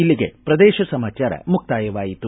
ಇಲ್ಲಿಗೆ ಪ್ರದೇಶ ಸಮಾಚಾರ ಮುಕ್ತಾಯವಾಯಿತು